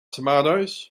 tomatoes